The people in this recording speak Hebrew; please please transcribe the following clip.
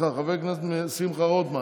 מירב בן ארי, אינה נוכחת, חבר הכנסת שמחה רוטמן,